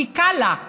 כי קל לה,